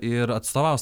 ir atstovaus